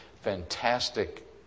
fantastic